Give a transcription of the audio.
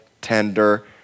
tender